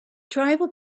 tribal